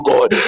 God